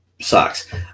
sucks